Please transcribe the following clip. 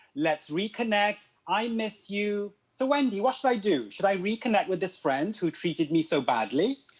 let's reconnect, i miss you. so wendy, what should i do? should i reconnect with this friend who treated me so badly?